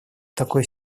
такой